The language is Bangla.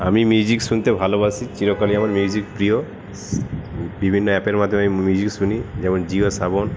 আমি মিউজিক শুনতে ভালোবাসি চিরকালই আমার মিউজিক প্রিয় বিভিন্ন অ্যাপের মাধ্যমে আমি মিউজিক শুনি যেমন জিও সাবন